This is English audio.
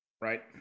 Right